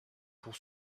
pour